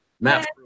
Matt